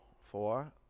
four